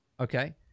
okay